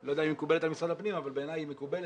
לא יודע אם היא מקובלת על משרד הפנים אבל בעיניי היא מקובלת,